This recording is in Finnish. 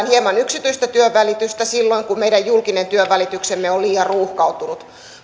hieman yksityistä työnvälitystä silloin kun meidän julkinen työnvälityksemme on liian ruuhkautunut